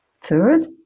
third